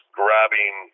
grabbing